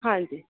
ਹਾਂਜੀ